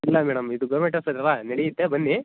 ಇಲ್ಲ ಮೇಡಮ್ ಇದು ಗೌರ್ಮೆಂಟ್ ಆಸ್ಪತ್ರೆ ಅಲ್ಲವಾ ನಡೆಯುತ್ತೆ ಬನ್ನಿ